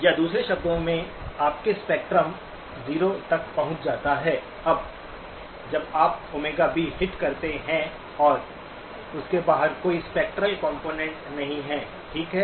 या दूसरे शब्दों में आपके स्पेक्ट्रम 0 तक पहुँच जाता है जब आप ΩB हिट करते हैं और उसके बाहर कोई स्पेक्ट्रल कंपोनेंट्स नहीं है ठीक है